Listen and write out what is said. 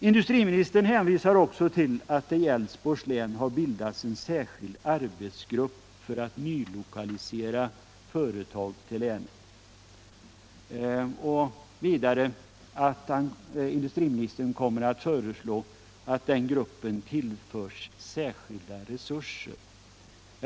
Industriministern hänvisar också till att det i Älvsborgs län har bildats en särskild arbetsgrupp för nylokalisering av företag till länet och att han kommer att föreslå att den gruppen tillförs särskilda resurser.